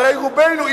הרי רובנו,